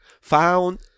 Found